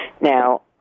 now